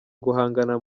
guhangana